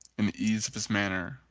in the ease of his manner,